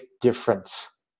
difference